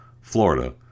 Florida